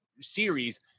series